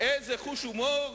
איזה חוש הומור